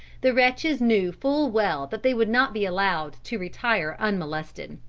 the wretches knew full well that they would not be allowed to retire unmolested.